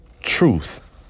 truth